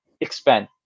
expand